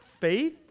faith